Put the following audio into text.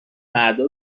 مردا